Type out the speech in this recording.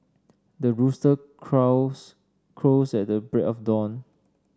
the rooster clouds crows at the break of dawn